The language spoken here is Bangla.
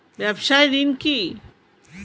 ব্যবসায় ঋণ কি?